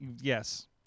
Yes